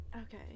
Okay